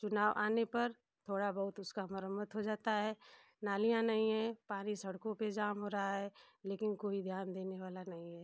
चुनाव आने पर थोड़ा बहुत उसका मरम्मत हो जाता है नालियाँ नही हैं पानी सड़कों पर जाम हो रहा है लेकिन कोई ध्यान देने वाला नहीं है